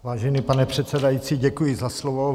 Vážený pane předsedající, děkuji za slovo.